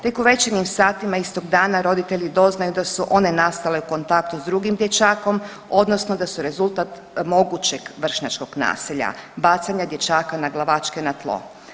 Tek u večernjim satima istog dana roditelji doznaju da su one nastale u kontaktu s drugim dječakom odnosno da su rezultat mogućeg vršnjačkog nasilja, bacanja dječaka naglavačke na tlo.